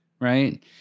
right